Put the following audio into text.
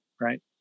right